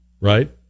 right